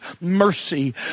mercy